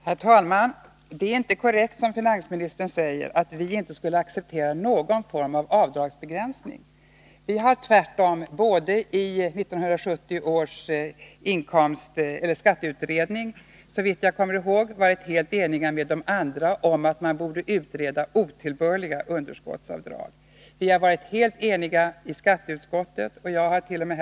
Herr talman! Det är inte korrekt som finansministern säger, att vi inte skulle acceptera någon form av avdragsbegränsning. Vi var tvärtom i 1970 års skatteutredning, såvitt jag kommer ihåg, helt eniga med de andra om att man borde utreda frågan om otillbörliga underskottsavdrag. Vi var också helt enigai skatteutskottet, och jag hart.o.m.